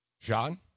John